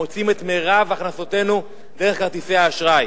מוציאים את מירב הכנסותינו דרך כרטיסי האשראי.